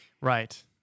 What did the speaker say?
Right